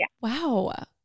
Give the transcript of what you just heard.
Wow